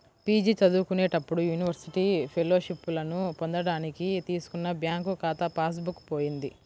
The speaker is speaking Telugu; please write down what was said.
పీ.జీ చదువుకునేటప్పుడు యూనివర్సిటీ ఫెలోషిప్పులను పొందడానికి తీసుకున్న బ్యాంకు ఖాతా పాస్ బుక్ పోయింది